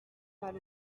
mal